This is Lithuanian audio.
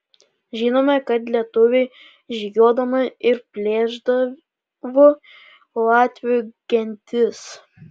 žinome kad lietuviai žygiuodavo ir plėšdavo latvių gentis